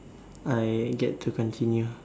I get to continue